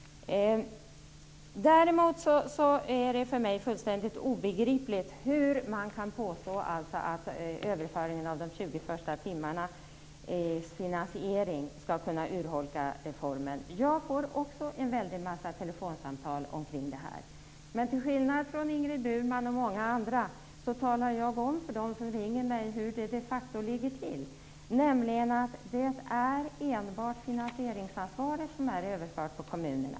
Däremot är det för mig fullständigt obegripligt hur man kan påstå att överföringen av finansieringen av de 20 första timmarna skall kunna urholka reformen. Jag får också väldigt många telefonsamtal om det här. Men till skillnad från Ingrid Burman och många andra talar jag om för dem som ringer mig hur det de facto ligger till. Det är enbart finansieringsansvaret som är överfört på kommunerna.